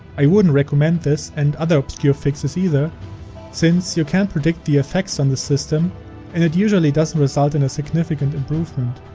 i wouldn't recommend this and other obscure fixes either since you can't predict the effects on the system and it usually doesn't result in a significant improvement.